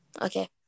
okay